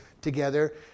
together